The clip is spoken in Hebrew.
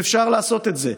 ואפשר לעשות את זה.